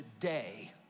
today